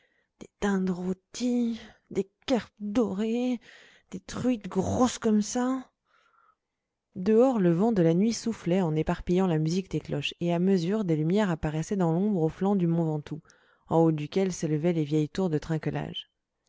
rôties des carpes dorées des truites grosses comme ça dehors le vent de la nuit soufflait en éparpillant la musique des cloches et à mesure des lumières apparaissaient dans l'ombre aux flancs du mont ventoux en haut duquel s'élevaient les vieilles tours de trinquelage